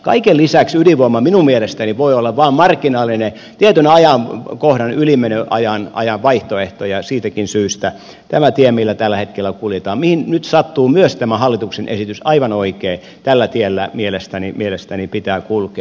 kaiken lisäksi ydinvoima minun mielestäni voi olla vain marginaalinen tietyn ajankohdan ylimenoajan vaihtoehto ja siitäkin syystä tällä tiellä millä tällä hetkellä kuljetaan mihin nyt sattuu myös tämä hallituksen esitys aivan oikein mielestäni pitää kulkea